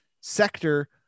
sector